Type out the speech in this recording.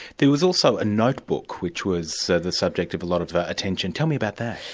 there was also a notebook which was so the subject of a lot of attention. tell me about that.